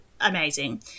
amazing